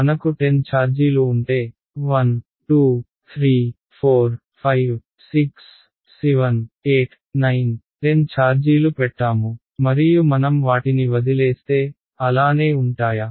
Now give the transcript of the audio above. మనకు 10 ఛార్జీలు ఉంటె 1 2 3 4 5 6 7 8 9 10 ఛార్జీలు పెట్టాము మరియు మనం వాటిని వదిలేస్తే అలానే ఉంటాయా